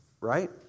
right